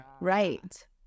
Right